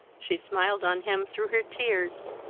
she smiled on him through her tears,